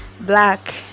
black